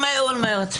אולמרט.